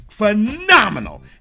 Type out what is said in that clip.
phenomenal